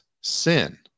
sin